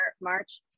March